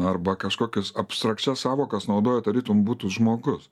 arba kažkokias abstrakčias sąvokas naudoja tarytum būtų žmogus